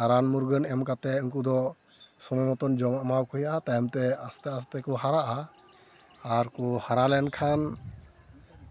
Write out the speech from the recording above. ᱟᱨ ᱨᱟᱱ ᱢᱩᱨᱜᱟᱹᱱ ᱮᱢ ᱠᱟᱛᱮᱫ ᱩᱱᱠᱩ ᱫᱚ ᱥᱚᱢᱚᱭ ᱢᱚᱛᱚᱱ ᱡᱚᱢᱟᱜ ᱮᱢᱟᱠᱚ ᱦᱩᱭᱩᱜᱼᱟ ᱟᱨ ᱛᱟᱭᱚᱢᱛᱮ ᱟᱥᱛᱮ ᱟᱥᱛᱮ ᱠᱚ ᱦᱟᱨᱟᱜᱼᱟ ᱟᱨᱠᱚ ᱦᱟᱨᱟ ᱞᱮᱱᱠᱷᱟᱱ